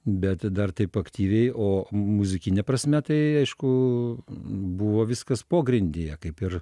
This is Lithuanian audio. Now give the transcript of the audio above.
bet dar taip aktyviai o muzikine prasme tai aišku buvo viskas pogrindyje kaip ir